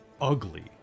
ugly